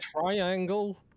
triangle